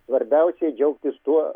svarbiausiai džiaugtis tuo